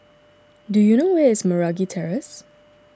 do you know where is Meragi Terrace